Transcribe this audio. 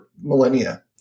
millennia